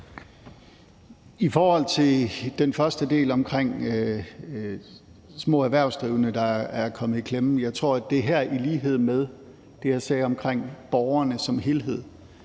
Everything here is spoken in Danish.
I forhold til den første del om de små erhvervsdrivende, der er kommet i klemme, tror jeg, at det her i lighed med det, jeg sagde, om borgerne som helhed,